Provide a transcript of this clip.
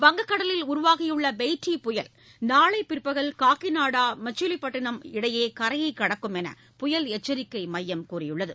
வங்கக்கடலில் உருவாகியுள்ள பெய்ட்டி புயல் நாளை பிற்பகல் காக்கிநாடா மச்சூலிபட்டினம் இடையே கரையை கடக்கும் என புயல் எச்சரிக்கை மையம் கூறியுள்ளது